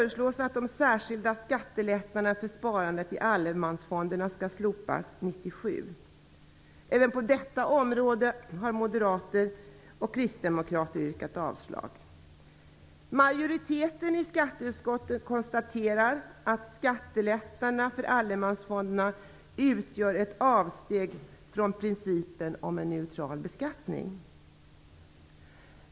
1997. Även på detta område har moderaterna och kristdemokraterna yrkat avslag. Majoriteten i skatteutskottet konstaterar att skattelättnaderna för allemansfonderna utgör ett avsteg från principen om en neutral beskattning.